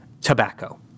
tobacco